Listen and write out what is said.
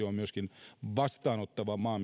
on vastaanottava maa